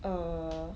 err